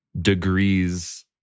degrees